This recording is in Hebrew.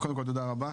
תודה רבה.